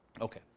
Okay